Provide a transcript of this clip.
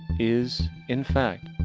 is, in fact,